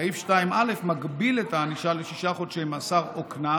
סעיף 2(א) מגביל את הענישה לשישה חודשי מאסר או קנס